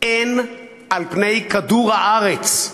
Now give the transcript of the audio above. אין על פני כדור-הארץ,